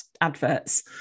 adverts